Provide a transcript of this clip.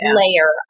layer